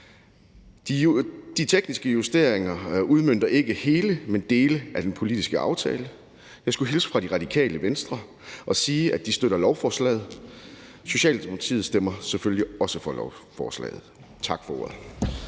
De tekniske justeringer udmønter ikke hele, men dele af den politiske aftale. Jeg skulle hilse fra Radikale Venstre og sige, at de støtter lovforslaget. Socialdemokratiet stemmer selvfølgelig også for lovforslaget. Tak for ordet.